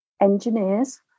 Engineers